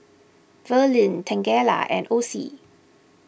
Verlin Tangela and Osie